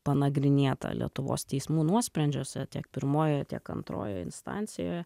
panagrinėta lietuvos teismų nuosprendžiuose tiek pirmojoje tiek antrojoje instancijoje